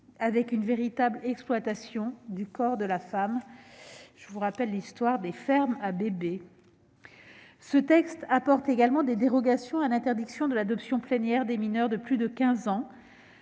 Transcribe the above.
avec une véritable exploitation du corps de la femme. Il n'est qu'à se rappeler l'histoire des fermes à bébés, mes chers collègues ... Ce texte apporte également des dérogations à l'interdiction de l'adoption plénière des mineurs de plus de 15 ans